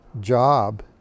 job